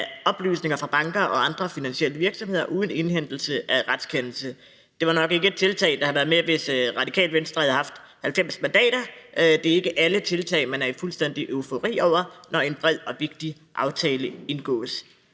af oplysninger fra banker og andre finansielle virksomheder uden indhentelse af retskendelse. Det var nok ikke et tiltag, der havde været med, hvis Radikale Venstre havde haft 90 mandater. Det er ikke alle tiltag, man er i fuldstændig eufori over, når en bred og vigtig aftale indgås.